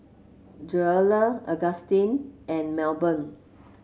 Joella Augustin and Melbourne